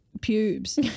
pubes